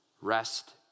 Rest